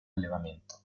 allevamento